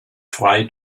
try